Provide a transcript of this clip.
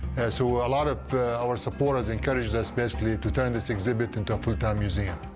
so a lot of our supporters encouraged us basically to turn this exhibit into a full-time museum.